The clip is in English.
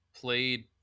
played